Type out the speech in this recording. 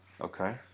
Okay